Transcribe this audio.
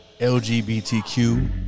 LGBTQ